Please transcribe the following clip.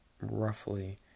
roughly